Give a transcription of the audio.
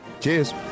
Cheers